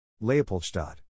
Leopoldstadt